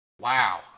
Wow